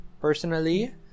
Personally